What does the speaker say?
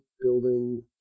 building